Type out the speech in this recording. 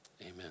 amen